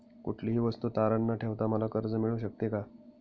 कुठलीही वस्तू तारण न ठेवता मला कर्ज मिळू शकते का?